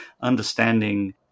understanding